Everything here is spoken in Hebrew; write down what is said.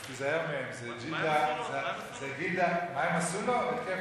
אז תיזהר מהם, זו גילדה, מה הם עשו לו?